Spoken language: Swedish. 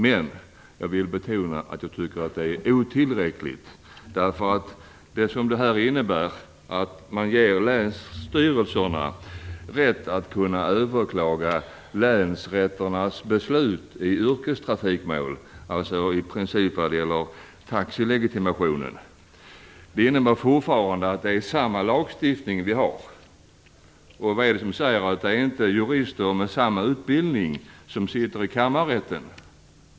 Men jag vill betona att jag tycker att det är otillräckligt. Att länsstyrelserna ges rätt att överklaga länsrätternas beslut i yrkestrafikmål, i princip när det gäller taxilegitimationer, innebär fortfarande att vi har samma lagstiftning. Vad är det som säger att det inte är jurister med samma utbildning som sitter i kammarrätten?